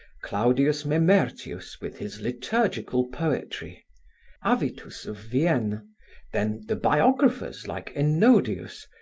claudius memertius, with his liturgical poetry avitus of vienne then, the biographers like ennodius,